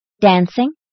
dancing